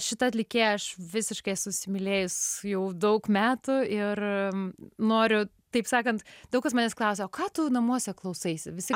šita atlikėja aš visiškai esu įsimylėjus jau daug metų ir noriu taip sakant daug kas manęs klausia o ką tu namuose klausaisi visi